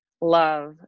love